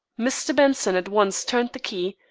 mr. benson at once turned the key,